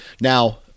Now